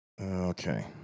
Okay